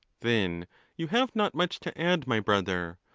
then you have not much to add, my brother,